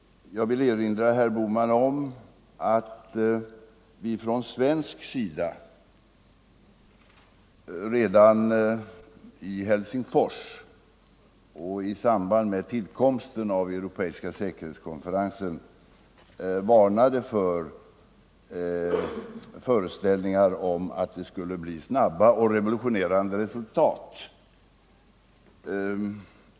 Jag vill erinra herr Bohman om att vi från svensk sida, redan i Helsingfors och i samband med tillkomsten av den europeiska säkerhetskonferensen, varnade för föreställningar om att det skulle bli snabba och revolutionerande resultat.